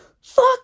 fuck